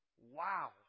wow